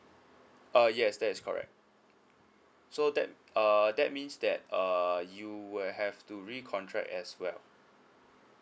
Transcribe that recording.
uh yes that is correct so that uh that means that uh you will have to recontract as well